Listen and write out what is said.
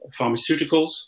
pharmaceuticals